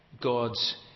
God's